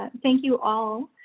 thank you all.